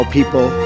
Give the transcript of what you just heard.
people